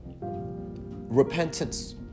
repentance